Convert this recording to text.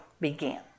began